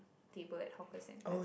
table at hawker center